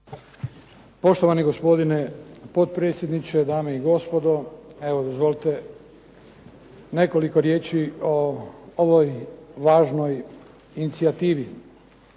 Poštovani gospodine potpredsjedniče, dame i gospodo. Evo izvolite, nekoliko riječi o ovoj važnoj inicijativi.